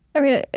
i mean,